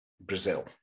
Brazil